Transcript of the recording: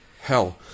Hell